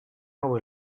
hau